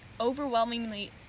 overwhelmingly-